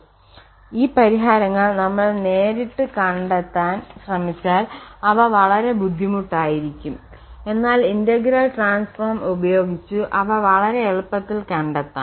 കൂടാതെ ഈ പരിഹാരങ്ങൾ നമ്മൾ നേരിട്ട് കണ്ടെത്താൻ ശ്രമിച്ചാൽ അവ വളരെ ബുദ്ധിമുട്ടായിരിക്കും എന്നാൽ ഇന്റഗ്രൽ ട്രാൻസ്ഫോം ഉപയോഗിച്ചു അവ വളരെ എളുപ്പത്തിൽ കണ്ടെത്താം